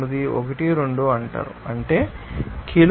అంటే కిలోల వాటర్ కిలోల ఎయిర్